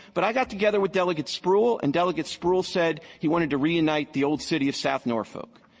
but i got together with delegate spruill, and delegate spruill said he wanted to reunite the old city of south norfolk,